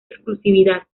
exclusividad